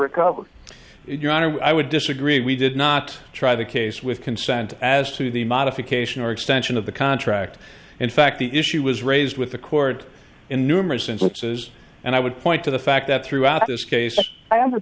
honor i would disagree we did not try the case with consent as to the modification or extension of the contract in fact the issue was raised with the court in numerous instances and i would point to the fact that throughout this case